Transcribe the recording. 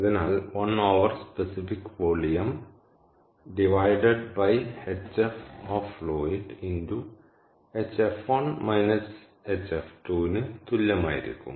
അതിനാൽ 1 over specific volume divided by hf of fluid into ന് തുല്യമായിരിക്കും